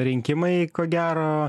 rinkimai ko gero